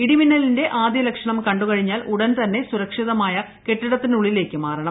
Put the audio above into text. ഇടിമിന്നലിന്റെ ആദ്യ ലക്ഷണം കണ്ടുകഴിഞ്ഞാൽ ഉടൻ ത്ന്നെ സുരക്ഷിതമായ കെട്ടിടത്തിനുള്ളിലേക്ക് മാറണം